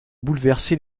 bouleverser